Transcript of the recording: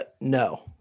No